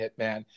hitman